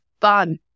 fun